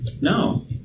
No